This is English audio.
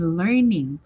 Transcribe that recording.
learning